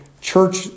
church